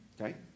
Okay